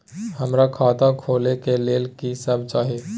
हमरा खाता खोले के लेल की सब चाही?